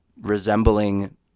resembling